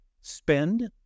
spend